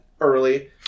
early